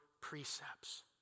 precepts